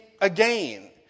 again